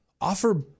offer